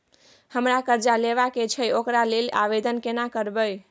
हमरा कर्जा लेबा के छै ओकरा लेल आवेदन केना करबै?